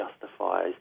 justifies